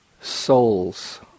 souls